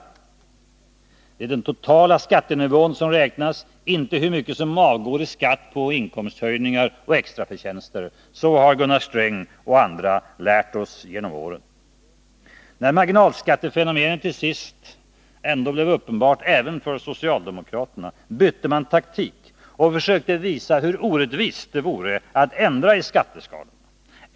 Det är den totala skattenivån som räknas, inte hur mycket som avgår i skatt på inkomsthöjningar och extraförtjänster — det har Gunnar Sträng och andra lärt oss genom åren. När marginalskattefenomenet till sist blev uppenbart även för socialdemokrater bytte de taktik och försökte visa hur orättvist det vore att ändra i skatteskalorna.